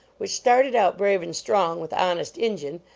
which started out brave and strong with honest injun,